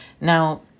Now